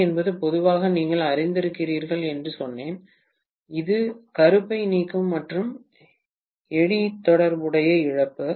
C என்பது பொதுவாக நீங்கள் அறிந்திருக்கிறீர்கள் என்று சொன்னேன் இது கருப்பை நீக்கம் மற்றும் எடி தற்போதைய இழப்பு